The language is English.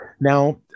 Now